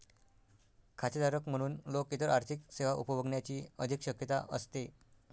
खातेधारक म्हणून लोक इतर आर्थिक सेवा उपभोगण्याची अधिक शक्यता असते